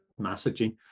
messaging